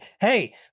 hey